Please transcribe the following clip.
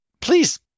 Please